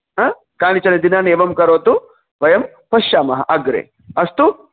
हा कानिचन दिनानि एवं करोतु वयं पश्यामः अग्रे अस्तु